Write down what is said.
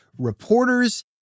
reporters